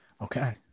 Okay